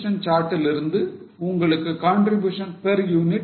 Contribution chart லிருந்து உங்களுக்கு contribution per unit தெரியும்